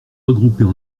regroupées